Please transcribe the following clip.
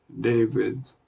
David